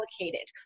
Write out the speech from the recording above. allocated